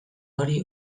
hori